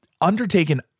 undertaken